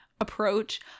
approach